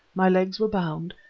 my legs were bound,